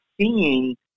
seeing